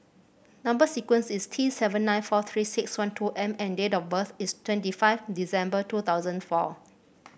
number sequence is T seven nine four Three six one two M and date of birth is twenty five December two thousand four